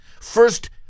First